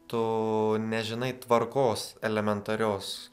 tu nežinai tvarkos elementarios